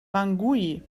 bangui